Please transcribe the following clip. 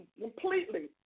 completely